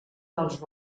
dels